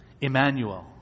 Emmanuel